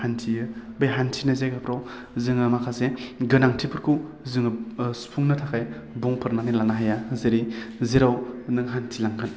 हान्थियो बे हान्थिनाय जायगाफ्राव जोंहा माखासे गोनांथिफोरखौ जोङो सुफुंनो थाखाय बुंफोरनानै लानो हाया जेरै जेराव नों हान्थिलांगोन